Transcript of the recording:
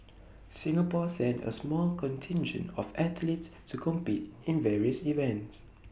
Singapore sent A small contingent of athletes to compete in various events